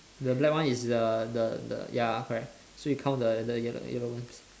the black one is the the the ya correct so you count the the yellow yellow ones